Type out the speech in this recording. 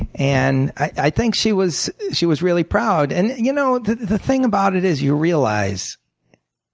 and i think she was she was really proud. and you know, the the thing about it is you realize